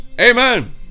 amen